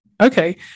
Okay